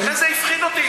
אז לכן זה הפחיד אותי.